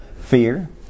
Fear